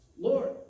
Lord